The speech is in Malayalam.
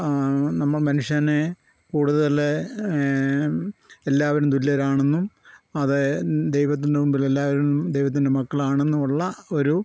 നമ്മൾ മനുഷ്യനെ കൂടുതല് എല്ലാവരും തുല്യരാണെന്നും അത് ദൈവത്തിന് മുൻപിൽ എല്ലാവരും ദൈവത്തിൻ്റെ മക്കളാണെന്നുമുള്ള ഒരു